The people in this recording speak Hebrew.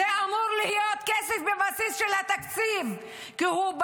זה אמור להיות כסף בבסיס של התקציב,